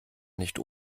nicht